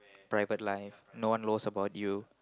private life no one knows about you